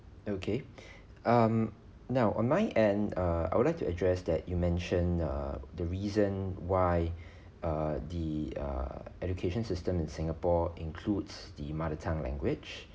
okay um now on my end err I would like to address that you mentioned err the reason why err the err education system in singapore includes the mother tongue language